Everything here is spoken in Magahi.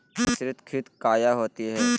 मिसरीत खित काया होती है?